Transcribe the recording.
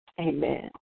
Amen